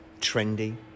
trendy